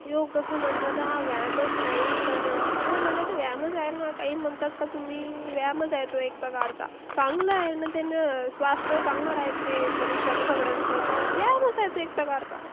योग तसं म्हटलं तर हा व्यायामच नाही तर तसं म्हटलं तर व्यायामच आहे ना काही म्हणतात का तुम्ही व्यायामच आहे तो एक प्रकारचा चांगलं आहे ना त्यानं स्वास्थ चांगलं राहते मनुष्याचं सगळ्यांचं तर व्यायामच आहे तो एक प्रकारचा